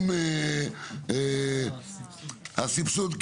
הסבסוד.